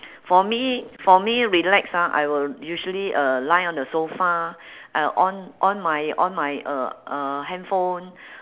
for me for me relax ah I will usually uh lie on the sofa I'll on on my on my uh uh handphone